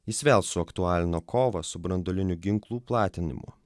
jis vėl suaktualino kovą su branduolinių ginklų platinimu